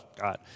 God